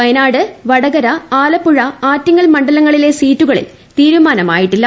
വയനാട് വടകര ആലപ്പുഴ ആറ്റിങ്ങൽ മണ്ഡലങ്ങളിലെ സീറ്റുകളിൽ തീരുമാനമായിട്ടില്ല